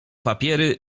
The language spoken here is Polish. papiery